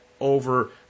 over